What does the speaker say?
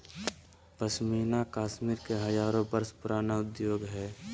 पश्मीना कश्मीर के हजारो वर्ष पुराण उद्योग हइ